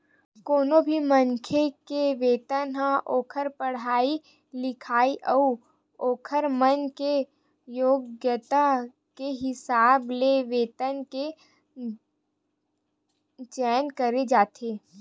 कोनो भी मनखे के वेतन ह ओखर पड़हाई लिखई अउ ओखर मन के योग्यता के हिसाब ले वेतन के चयन करे जाथे